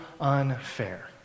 unfair